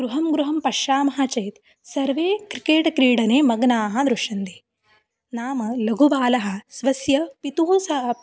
गृहं गृहं पश्यामः चेत् सर्वे क्रिकेट् क्रीडने मग्नाः दृश्यन्ते नाम लघुबालः स्वस्य पित्रा सह